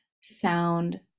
sound